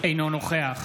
אינו נוכח